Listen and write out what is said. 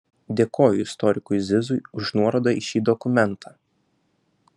dėkoju istorikui zizui už nuorodą į šį dokumentą